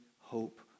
hope